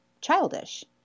childish